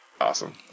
awesome